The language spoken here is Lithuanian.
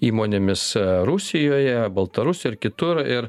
įmonėmis rusijoje baltarusijo ir kitur ir